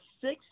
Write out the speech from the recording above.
six